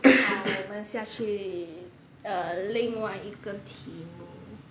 我们下去另外一个题目